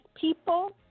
people